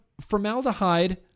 formaldehyde